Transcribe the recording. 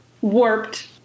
warped